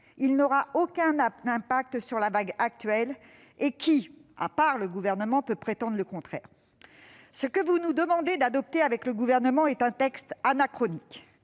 qu'il n'aurait aucun impact sur la vague actuelle. Et qui, à part le Gouvernement, pourrait prétendre le contraire ? Ce que vous nous demandez d'adopter, avec le Gouvernement, c'est un texte anachronique.